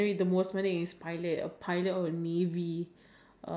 uh if you say something that I enjoy then maybe